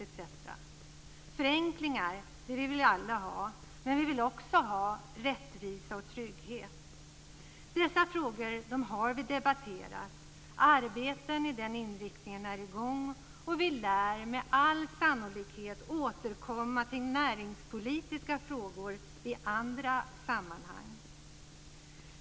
Vi vill alla ha förenklingar, men vi vill också ha rättvisa och trygghet. Dessa frågor har vi debatterat. Arbeten i den riktningen är i gång, och vi lär med all sannolikhet återkomma till näringspolitiska frågor i andra sammanhang.